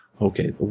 Okay